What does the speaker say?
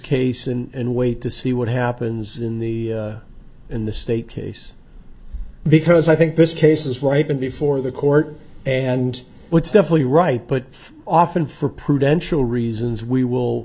case and wait to see what happens in the in the state case because i think this case is right before the court and what's definitely right but often for prudential reasons we will